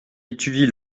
étudie